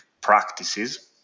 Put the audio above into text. practices